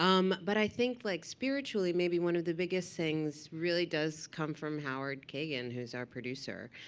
um but i think like spiritually maybe one of the biggest things really does come from howard kagan, who's our producer,